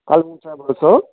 हजुर चाबो छ